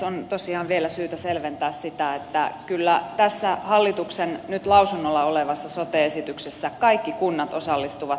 on tosiaan vielä syytä selventää sitä että kyllä tässä hallituksen nyt lausunnolla olevassa sote esityksessä kaikki kunnat osallistuvat päätöksentekoon